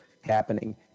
happening